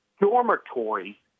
dormitory